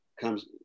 comes